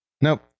nope